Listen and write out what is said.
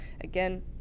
again